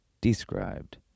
described